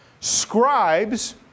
Scribes